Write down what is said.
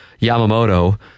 Yamamoto